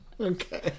Okay